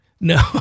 No